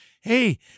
Hey